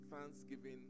Thanksgiving